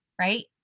right